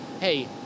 hey